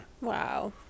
Wow